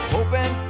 Hoping